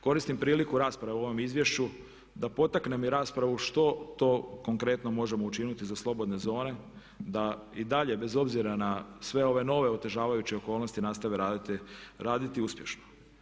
Koristim priliku rasprave o ovom izvješću da potaknem i raspravu što to konkretno možemo učiniti za slobodne zone da i dalje bez obzira na sve ove nove otežavajuće okolnosti nastave raditi uspješno.